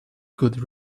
good